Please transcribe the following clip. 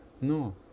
No